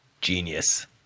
Genius